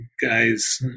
guys